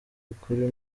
ukuri